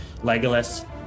Legolas